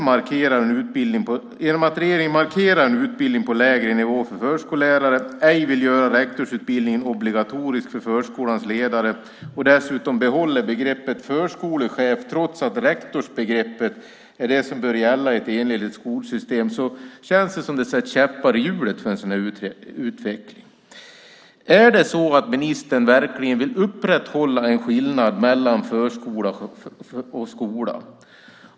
Men genom att regeringen markerar en utbildning på lägre nivå för förskollärare, ej vill göra rektorsutbildningen obligatorisk för förskolans ledare och dessutom behåller begreppet "förskolechef", trots att rektorsbegreppet är det som bör gälla i ett enhetligt skolsystem, känns det som om det sätts käppar i hjulet för en sådan utveckling. Är det så att ministern verkligen vill upprätthålla en skillnad mellan förskola och skola?